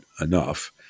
enough